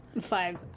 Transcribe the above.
five